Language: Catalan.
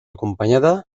acompanyada